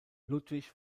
ludwig